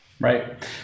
Right